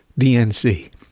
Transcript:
DNC